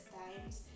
times